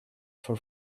for